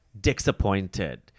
disappointed